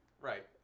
Right